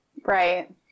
Right